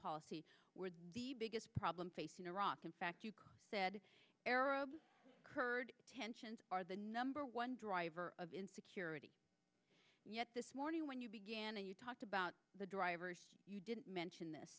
policy were the biggest problem facing iraq in fact you said arab kurd tensions are the number one driver of insecurity yet this morning when you began and you talked about the drivers you didn't mention this